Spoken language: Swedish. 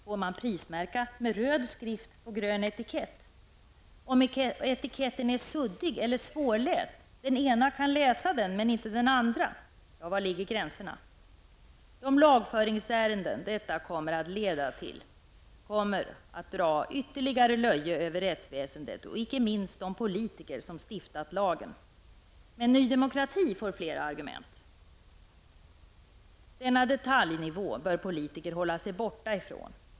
Får man prismärka med röd skrift på grön etikett? Vad händer om etiketten är suddig eller svårläst, så att en människa kan läsa den men inte en annan? Var ligger gränserna? De lagföringsärenden som detta kommer att leda till kommer att dra ytterligare löje över rättsväsendet, och inte minst över de politiker som stiftat lagen. Men Ny Demokrati får fler argument! Denna detaljnivå bör politiker hålla sig borta från.